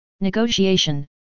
Negotiation